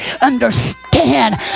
understand